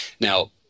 Now